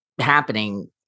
happening